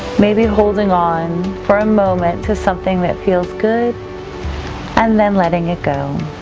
maybe holding on for a moment to something that feels good and then letting it go.